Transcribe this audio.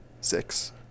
six